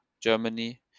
Germany